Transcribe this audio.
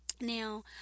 now